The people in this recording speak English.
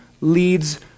leads